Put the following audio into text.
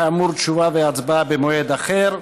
כאמור, תשובה והצבעה במועד אחר.